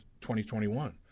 2021